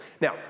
Now